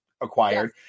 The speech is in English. acquired